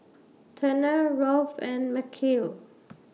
Turner Rolf and Mikeal